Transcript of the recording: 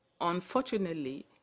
unfortunately